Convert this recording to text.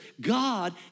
God